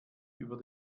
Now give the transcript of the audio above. über